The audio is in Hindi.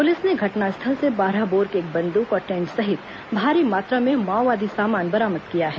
पुलिस ने घटनास्थल से बारह बोर की एक बंद्रक और टेंट सहित भारी मात्रा में माओवादी सामान बरामद किया है